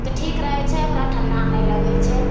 तऽ ठीक रहय छै ओकरा ठण्डा नहि लगय छै